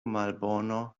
malbono